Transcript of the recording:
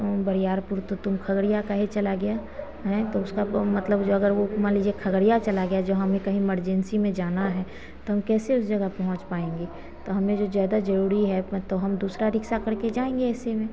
बैयारपुर तो तुम खगड़िया काहे चला गया हैं तो उसका मतलब जो अगर वो मान लीजिए खगड़िया चला गया जो हमें कहीं इमर्जेंसी में जाना है तो हम कैसे उस जगह पहुँच पाएंगे तो हमें जो ज़्यादा जरूरी है तो हम दूसरा रिक्सा करके जाएंगे ऐसे में